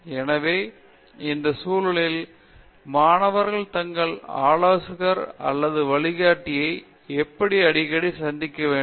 எனவே இந்த சூழலில் மாணவர்கள் தங்கள் ஆலோசகர் அல்லது வழிகாட்டியை எப்படி அடிக்கடி சந்திக்க வேண்டும்